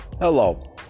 Hello